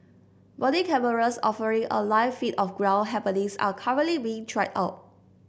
body cameras offering a live feed of ground happenings are currently being tried out